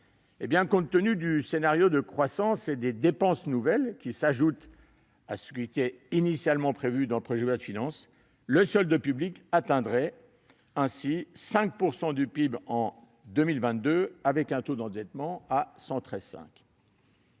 Compte tenu du scénario de croissance et des dépenses nouvelles qui s'ajoutent à ce qui était prévu initialement dans le projet de loi de finances, le solde public atteindrait donc 5 % du PIB en 2022, avec un taux d'endettement de 113,5 %.